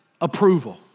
approval